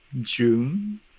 June